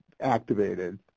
activated